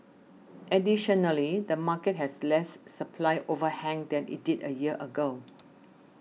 additionally the market has less supply overhang than it did a year ago